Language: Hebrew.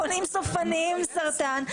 חולים סופניים עם סרטן,